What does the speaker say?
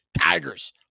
Tigers